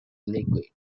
liquid